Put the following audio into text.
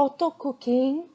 auto cooking